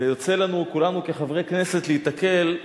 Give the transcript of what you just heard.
ויוצא לנו כולנו כחברי כנסת להיתקל,